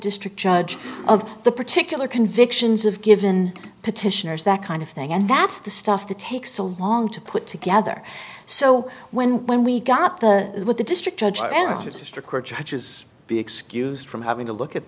district judge of the particular convictions of given petitioners that kind of thing and that's the stuff that takes a long to put together so when when we got the what the district judge apparently district court judges be excused from having to look at